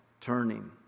turning